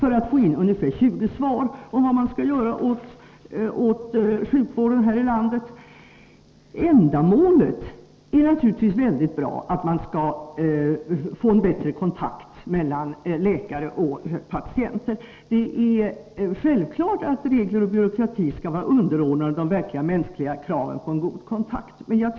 för att få in ungefär 20 svar om vad man skall göra åt sjukvården här i landet. Ändamålet är naturligtvis mycket bra, nämligen att man skall få en bättre kontakt mellan läkare och patienter. Det är självklart att regler och byråkrati skall vara underordnade de mänskliga kraven på en god kontakt.